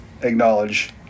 acknowledge